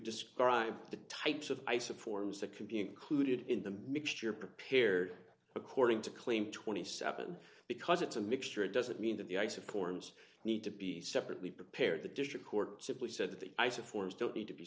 describe the types of my supporters that can be included in the mixture prepared according to claim twenty seven dollars because it's a mixture it doesn't mean that the ice of corms need to be separately prepared the district court simply said that the eyes of forms don't need to be